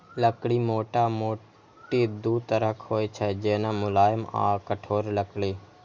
लकड़ी मोटामोटी दू तरहक होइ छै, जेना, मुलायम आ कठोर लकड़ी